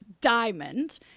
diamond